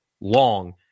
long